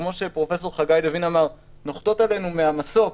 שכפי שפרופ' חגי לוין אמר, נוחתות עלינו מן המסוק,